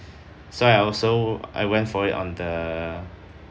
so I also I went for it on the